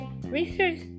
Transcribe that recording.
research